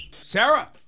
Sarah